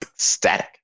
Static